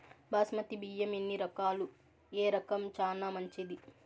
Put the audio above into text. బాస్మతి బియ్యం ఎన్ని రకాలు, ఏ రకం చానా మంచిది?